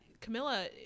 camilla